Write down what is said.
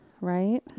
right